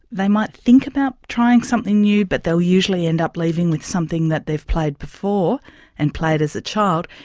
they might think about trying something new but they'll usually end up leaving with something that they've played before and played as a child.